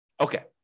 Okay